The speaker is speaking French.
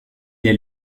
est